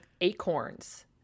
acorns